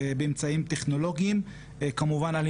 זה לא שיש אלימות,